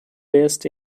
best